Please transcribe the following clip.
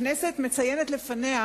הכנסת מציינת לפניה